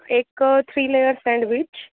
એક three layers sandwich